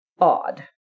odd